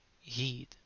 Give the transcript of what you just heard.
heed